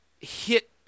hit